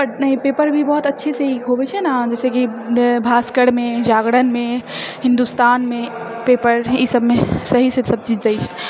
पढ़ नहि पेपर भी बहुत अच्छेसँ ही होबै छै ने जैसे कि भास्करमे जागरणमे हिन्दुस्तानमे पेपर ई सभमे सहीसँ सभचीज दै छै